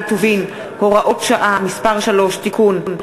טובין (הוראות שעה) (מס' 3) (תיקון),